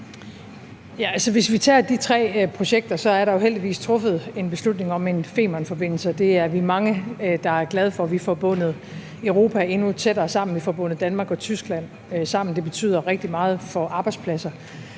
hvis vi tager de tre projekter, er der jo heldigvis truffet en beslutning om en Femernforbindelse, og det er vi mange der er glade for – vi får bundet Europa endnu tættere sammen, vi får bundet Danmark og Tyskland sammen. Det betyder rigtig meget for arbejdspladser